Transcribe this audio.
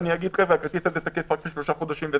ואומר: הכרטיס הזה תקף לשלושה חודשים.